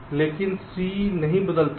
लेकिन C नहीं बदलता है